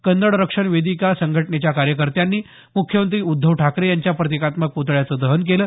कन्नड रक्षण वेदिका संघटनेच्या कार्यकत्यांनी मुख्यमंत्री उद्धव ठाकरे यांच्या प्रतिकात्मक पुतळ्याचं दहन केल